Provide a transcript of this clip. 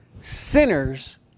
sinners